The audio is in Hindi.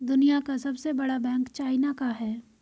दुनिया का सबसे बड़ा बैंक चाइना का है